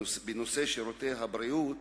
בנושא שירותי הבריאות